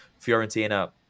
Fiorentina